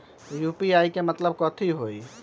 UPI के मतलब कथी होई?